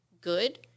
good